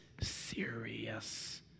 serious